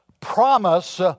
promise